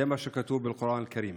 זה מה שכתוב בקוראן אל-כרים.